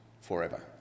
forever